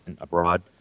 abroad